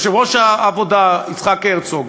יושב-ראש העבודה יצחק הרצוג,